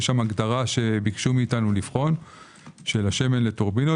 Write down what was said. יש שם הגדרה שביקשו מאתנו לבחון של השמן לטורבינות.